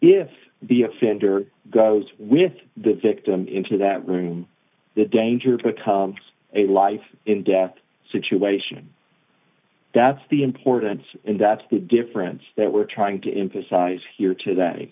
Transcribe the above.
the offender goes with the victim into that room the danger becomes a life and death situation that's the importance and that's the difference that we're trying to emphasize here to